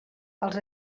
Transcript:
els